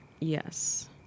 Yes